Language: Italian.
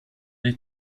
dei